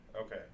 okay